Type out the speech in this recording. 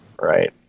Right